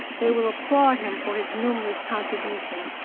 they will applaud him for his numerous contributions.